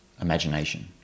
imagination